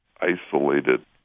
isolated